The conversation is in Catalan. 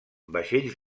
vaixells